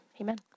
Amen